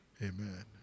Amen